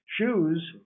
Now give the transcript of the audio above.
shoes